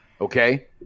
Okay